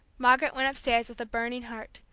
margaret went upstairs with a burning heart,